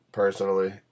personally